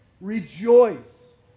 rejoice